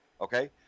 Okay